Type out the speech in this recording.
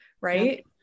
Right